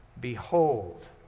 Behold